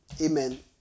Amen